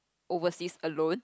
overseas alone